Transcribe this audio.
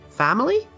family